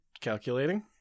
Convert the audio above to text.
Calculating